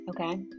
okay